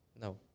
No